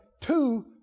two